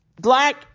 Black